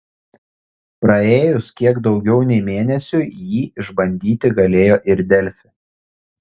praėjus kiek daugiau nei mėnesiui jį išbandyti galėjo ir delfi